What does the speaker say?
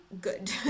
good